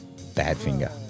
Badfinger